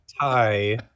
tie